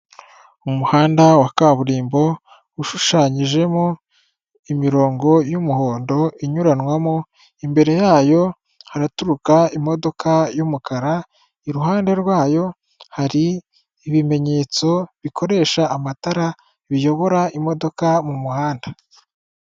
Umuhanda wa kaburimbo ushushanyijemo imirongo y'umuhondo inyuranwamo, imbere yayo haraturuka imodoka y'umukara iruhande rwayo hari ibimenyetso bikoresha amatara biyobora imodoka mu muhanda.